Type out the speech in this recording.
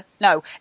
No